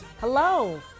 Hello